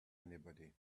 anybody